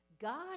God